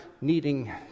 needing